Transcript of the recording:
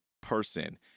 person